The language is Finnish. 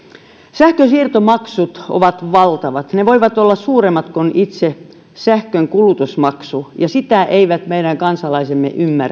sähkönsiirtomaksut ovat valtavat ne voivat olla suuremmat kuin itse sähkön kulutusmaksu ja sitä eivät meidän kansalaisemme